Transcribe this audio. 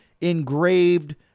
engraved